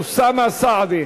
ואוסאמה סעדי.